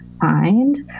find